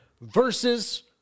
versus